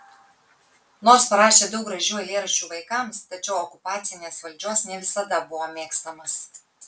nors parašė daug gražių eilėraščių vaikams tačiau okupacinės valdžios ne visada buvo mėgstamas